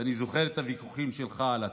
אני זוכר את הוויכוחים שלך על התקציב,